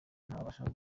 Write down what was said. ntabasha